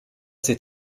ces